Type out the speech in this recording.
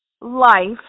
life